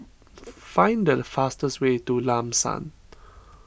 find the fastest way to Lam San